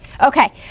Okay